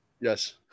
Yes